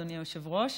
אדוני היושב-ראש,